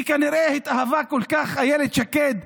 היא כנראה התאהבה כל כך, אילת שקד,